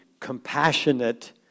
compassionate